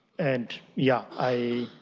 and yeah i